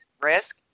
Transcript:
Risk